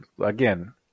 Again